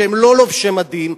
שהם לא לובשי מדים,